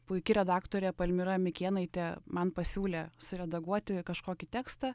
puiki redaktorė palmira mikėnaitė man pasiūlė suredaguoti kažkokį tekstą